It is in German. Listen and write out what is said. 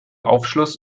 aufschluss